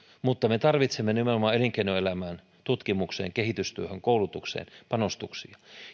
mutta me tarvitsemme nimenomaan elinkeinoelämään tutkimukseen kehitystyöhön koulutukseen panostuksia